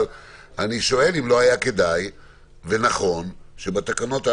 אני שואל אם לא היה כדאי ונכון שבתקנות הללו,